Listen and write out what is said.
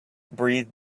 breathe